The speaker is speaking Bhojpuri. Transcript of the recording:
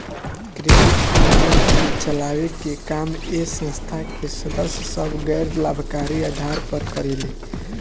क्रेडिट यूनियन के चलावे के काम ए संस्था के सदस्य सभ गैर लाभकारी आधार पर करेले